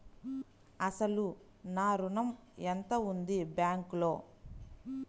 అసలు నా ఋణం ఎంతవుంది బ్యాంక్లో?